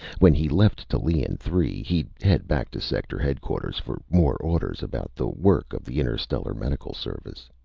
when he left tallien three he'd head back to sector headquarters for more orders about the work of the interstellar medical service.